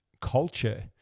culture